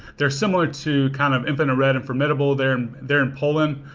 they're similar to kind of infinite red and formidable there, they're in poland.